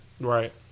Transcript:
Right